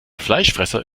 fleischfresser